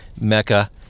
mecca